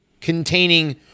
containing